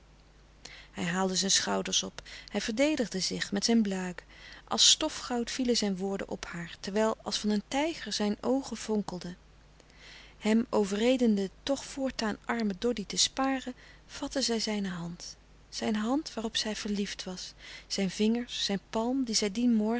hij haalde zijn schouders op hij verdedigde zich met zijn blague als stofgoud vielen zijn woorden op haar terwijl als van een tijger zijn oogen vonkelden hem overredende toch voortaan arme doddy te sparen vatte zij zijne hand zijn hand waarop zij verliefd was zijn vingers zijn palm die zij dien morgen